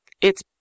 It's